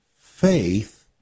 faith